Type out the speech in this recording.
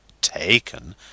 taken